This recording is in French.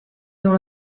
dans